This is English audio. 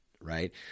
right